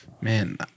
man